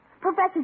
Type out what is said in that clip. Professor